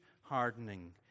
hardening